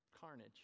carnage